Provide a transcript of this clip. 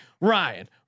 Ryan